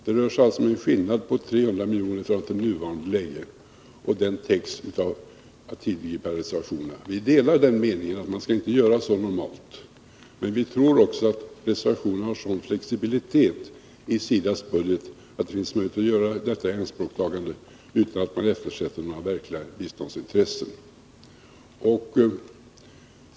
Det rör sig alltså om en skillnad på 300 milj.kr. i förhållande till det nuvarande, och detta täcks genom att man tillgriper tidigare reservationer. Vi delar den meningen att man inte skall göra så normalt, men vi tror också att reservationsanslaget har sådan flexibilitet i SIDA:s budget att det finns möjlighet att göra detta ianspråktagande utan att man eftersätter några verkliga biståndsintressen.